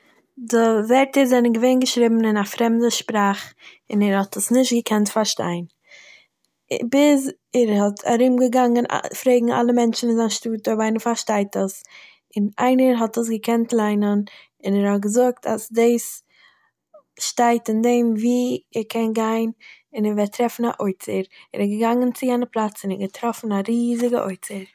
די ווערטער זענען געווען געשריבן אין א פרעמדע שפראך און ער האט עס נישט געקענט פארשטיין. ביז ער האט ארומגעגאנגען פרעגן אלע מענטשן אין זיין שטאט אויב איינער פארשטייט עס, און איינער האט עס געקענט ליינען און ער האט געזאגט אז דאס שטייט אין דעם וואו ער קען גיין און ער וועט טרעפן א אוצר. ער איז געגאנגען צו יענע פלאץ און ער האט געטראפן א ריזיגע אוצר